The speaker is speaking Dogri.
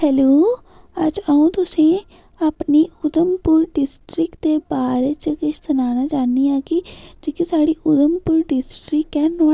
हैलो अज्ज अ'ऊं तुसेंगी अपनी उधुमपुर डिस्ट्रिक्ट दे बारै च किश सनाना चाहन्नी आं कि जेह्की साढ़ी उधुमपुर डिस्ट्रिक्ट ऐ नोहाड़ा